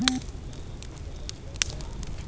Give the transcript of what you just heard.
किसानों की फसल ज्यादा